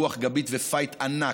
רוח גבית ופייט ענק,